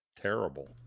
terrible